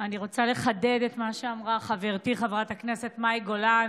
אני רוצה לחדד את מה שאמרה חברתי חברת הכנסת מאי גולן.